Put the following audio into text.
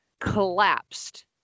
collapsed